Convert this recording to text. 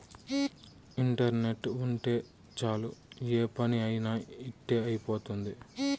internet ఉంటే చాలు ఏ పని అయినా ఇట్టి అయిపోతుంది